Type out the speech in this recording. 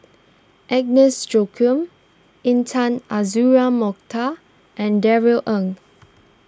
Agnes Joaquim Intan Azura Mokhtar and Darrell Ang